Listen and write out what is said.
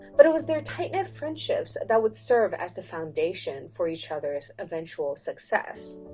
but it was their tight knit friendships that would serve as the foundation for each other's eventual success.